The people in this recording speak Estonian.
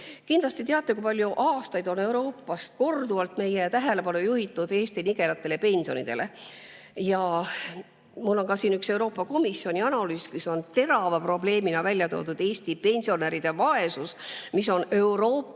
Kindlasti te teate, kui palju aastaid on Euroopas korduvalt meie tähelepanu juhitud Eesti nigelatele pensionidele. Mul on siin üks Euroopa Komisjoni analüüs, mis on terava probleemina välja toonud Eesti pensionäride vaesuse, mis on Euroopa